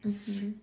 mmhmm